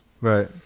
Right